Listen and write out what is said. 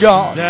God